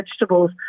vegetables